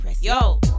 Yo